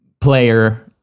player